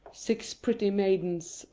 six pretty maidens,